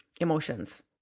emotions